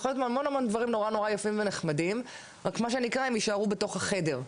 המון דברים נורא יפים ונחמדים אבל הם יישארו בתוך החדר.